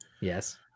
Yes